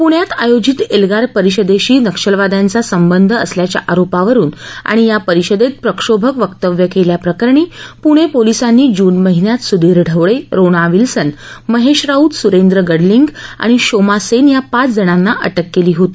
पुण्यात आयोजित एल्गार परिषदेशी नक्षलवाद्यांचा संबंध असल्याच्या आरोपावरून आणि या परिषदेत प्रक्षोभक वक्तव्य केल्याप्रकरणी पुणे पोलिसांनी जून महिन्यात सुधीर ढवळे रोना विल्सन महेश राऊत सुरेंद्र गडलिंग आणि शोमा सेन या पाच जणांना अटक केली होती